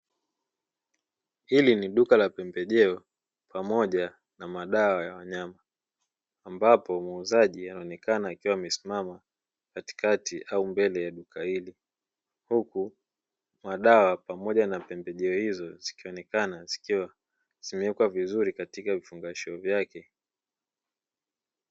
Hili ni duka la pembejeo pamoja na madawa ya wanyama ambapo muuzaji anaonekana akiwa amesimama katikati au mbele ya duka hili, huku madawa pamoja na pembejeo hizo zikionekana zikiwa zimewekwa vizuri katika vifungashio vyake.